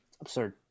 Absurd